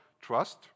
trust